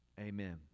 amen